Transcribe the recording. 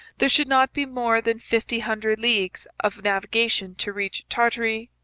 there should not be more than fifteen hundred leagues of navigation to reach tartary,